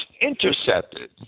intercepted